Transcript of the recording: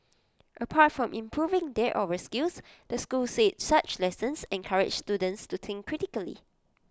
apart from improving their oral skills the school said such lessons encourage students to think critically